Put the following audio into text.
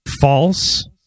false